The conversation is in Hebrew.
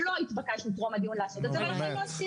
לא נתבקשנו טרום הדיון לעשות את זה ולא עשינו.